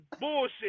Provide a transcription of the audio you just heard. bullshit